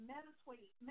Meditate